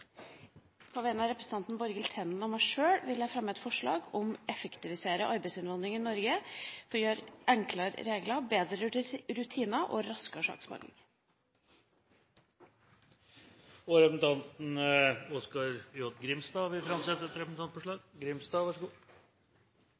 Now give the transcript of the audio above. På vegne av representanten Borghild Tenden og meg sjøl vil jeg fremme et forslag om å effektivisere arbeidsinnvandringen til Norge gjennom enklere regler, bedre rutiner og raskere saksbehandling. Representanten Oskar J. Grimstad vil framsette et representantforslag.